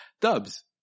Dubs